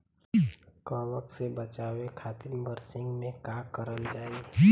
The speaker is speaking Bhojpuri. कवक से बचावे खातिन बरसीन मे का करल जाई?